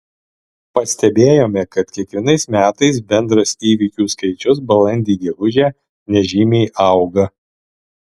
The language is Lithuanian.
pastebėjome kad kiekvienais metais bendras įvykių skaičius balandį gegužę nežymiai auga